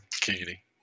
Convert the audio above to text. Katie